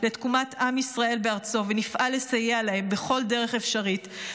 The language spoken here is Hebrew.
לתקומת עם ישראל בארצו ונפעל לסייע להם בכל דרך אפשרית.